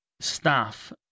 staff